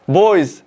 boys